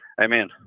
Amen